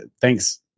thanks